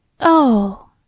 Oh